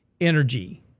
energy